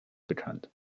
bekannt